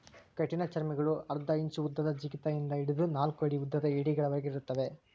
ಕಠಿಣಚರ್ಮಿಗುಳು ಅರ್ಧ ಇಂಚು ಉದ್ದದ ಜಿಗಿತ ಇಂದ ಹಿಡಿದು ನಾಲ್ಕು ಅಡಿ ಉದ್ದದ ಏಡಿಗಳವರೆಗೆ ಇರುತ್ತವೆ